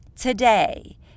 today